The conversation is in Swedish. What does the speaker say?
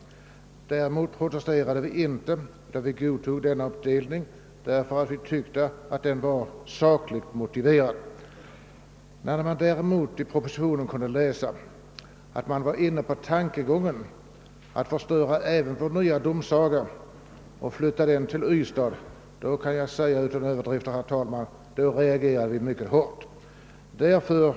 Vi protesterade inte mot detta utan godtog den gjorda indelningen därför att vi tyckte att den var sakligt motiverad. När vi däremot i propositionen läste om att departementet var inne på tankegången att avskaffa även vår nya domsaga och flytta den till Ystad reagerade vi mycket starkt — det säger jag utan någon överdrift, herr talman.